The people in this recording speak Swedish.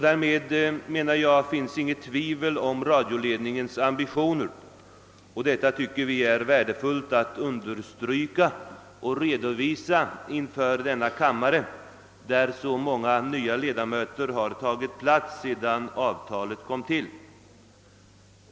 Därmed föreligger det inte något tvivel beträffande radioledningens ambitioner, och detta tycker vi reservanter är värdefullt att understryka och redovisa inför denna kammare, där så många nya ledamöter tagit plats sedan avtalet kom till.